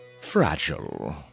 Fragile